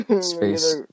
space